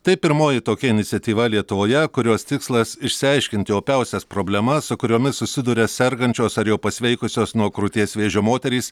tai pirmoji tokia iniciatyva lietuvoje kurios tikslas išsiaiškinti opiausias problema su kuriomis susiduria sergančios ar jau pasveikusios nuo krūties vėžio moterys